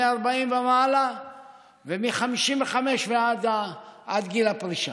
מגיל 40 ומעלה ומגיל 55 ועד גיל הפרישה.